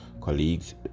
colleagues